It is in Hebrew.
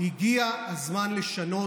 הגיע הזמן לשנות,